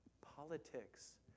politics